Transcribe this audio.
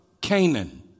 Canaan